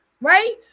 right